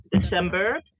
December